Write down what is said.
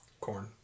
corn